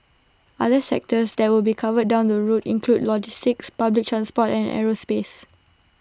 other sectors that will be covered down the road include logistics public transport and aerospace